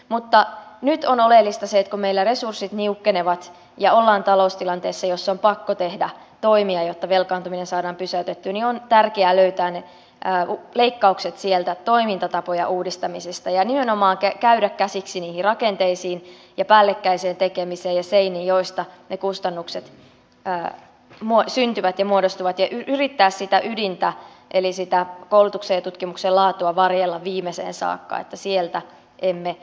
mutta nyt on oleellista se että kun meillä resurssit niukkenevat ja ollaan taloustilanteessa jossa on pakko tehdä toimia jotta velkaantuminen saadaan pysäytettyä niin on tärkeää löytää ne leikkaukset sieltä toimintatapojen uudistamisesta ja nimenomaan käydä käsiksi niihin rakenteisiin ja päällekkäiseen tekemiseen ja seiniin joista ne kustannukset syntyvät ja muodostuvat ja yrittää sitä ydintä eli sitä koulutuksen ja tutkimuksen laatua varjella viimeiseen saakka että sieltä emme leikkaisi